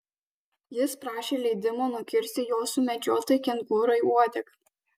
jis prašė leidimo nukirsti jo sumedžiotai kengūrai uodegą